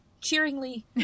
cheeringly